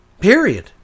Period